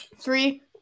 Three